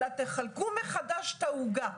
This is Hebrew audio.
אלא תחלקו מחדש את העוגה.